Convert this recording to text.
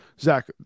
Zach